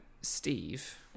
Steve